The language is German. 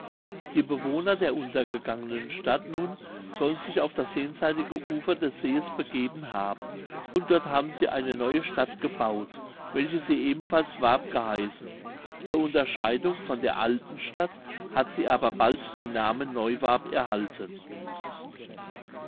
die bewohner der untergegangenen stadt nun sollen sich auf das jenseitige ufer des sees begeben haben und dort haben sie eine neue stadt gebaut welche sie ebenfalls warp geheißen zur unterscheidung von der alten stadt hat sie aber bald den namen neuwarp erhalten